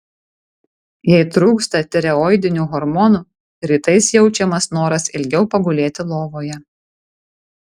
jei trūksta tireoidinių hormonų rytais jaučiamas noras ilgiau pagulėti lovoje